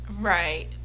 Right